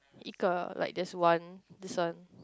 一个 like there's one this one